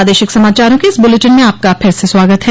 प्रादेशिक समाचारों के इस बुलेटिन में आपका फिर से स्वागत है